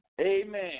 amen